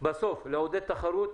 בסוף לעודד תחרות